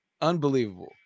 unbelievable